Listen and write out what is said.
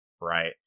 right